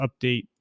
update